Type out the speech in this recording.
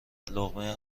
لقمه